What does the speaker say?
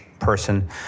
person